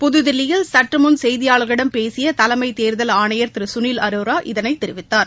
புதுதில்லியில் சற்று முன் செய்தியாளா்களிடம் பேசிய தலைமை தோ்தல் ஆணையா் திரு சுனில் அரோரா இதனை அறிவித்தார்